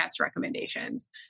recommendations